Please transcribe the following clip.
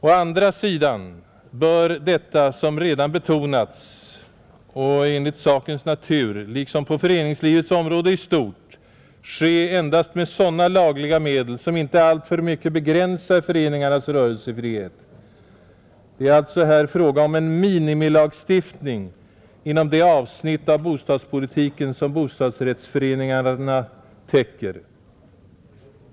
Å andra sidan bör detta, som redan betonats och enligt sakens natur, liksom på föreningslivets område, i stort ske endast med sådana lagliga medel som inte alltför mycket begränsar föreningarnas rörelsefrihet. Det är alltså här fråga om en minimilagstiftning inom det avsnitt av bostadspolitiken som bostadsrättsföreningarna täcker.